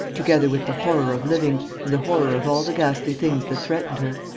together with the horror of living and the horror of all the ghastly things that threatened her.